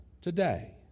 today